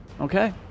Okay